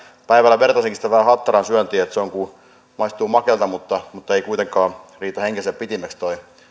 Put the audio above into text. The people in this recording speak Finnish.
päivällä vertasinkin sitä vähän hattaran syöntiin että se maistuu makealta mutta mutta ei kuitenkaan riitä hengen pitimiksi